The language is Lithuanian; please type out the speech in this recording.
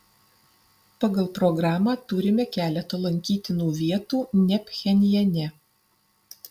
pagal programą turime keletą lankytinų vietų ne pchenjane